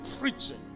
preaching